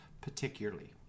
particularly